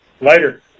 Later